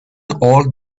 all